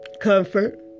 comfort